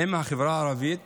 האם החברה הערבית